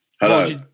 Hello